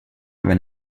wenn